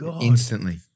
Instantly